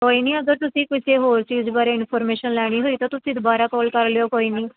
ਕੋਈ ਨਹੀਂ ਅਗਰ ਤੁਸੀਂ ਕਿਸੇ ਹੋਰ ਚੀਜ਼ ਬਾਰੇ ਇਨਫੋਰਮੇਸ਼ਨ ਲੈਣੀ ਹੋਈ ਤਾਂ ਤੁਸੀਂ ਦੁਬਾਰਾ ਕਾਲ ਕਰ ਲਿਓ ਕੋਈ ਨਹੀਂ